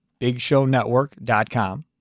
BigShowNetwork.com